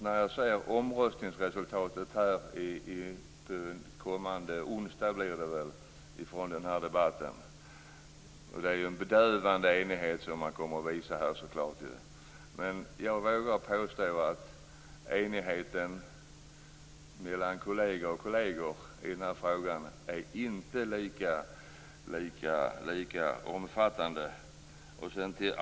När jag ser omröstningsresultatet kommande onsdag från denna debatt kommer så klart en bedövande enighet att visas. Men jag vågar påstå att enigheten kolleger emellan i denna fråga inte är lika omfattande.